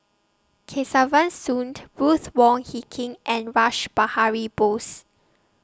Kesavan Soon Ruth Wong Hie King and Rash Behari Bose